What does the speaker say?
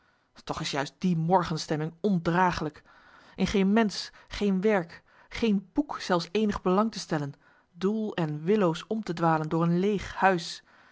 toch is juist die morgenstemming ondraaglijk in geen mensch geen werk geen boek zelfs eenig belang te stellen doel en willoos om te dwalen door een leeg huis